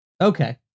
Okay